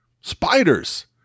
Spiders